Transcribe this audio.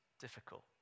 difficult